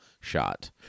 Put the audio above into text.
shot